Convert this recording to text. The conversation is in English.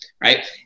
right